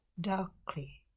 darkly